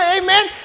Amen